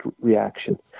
reaction